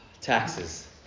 Taxes